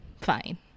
fine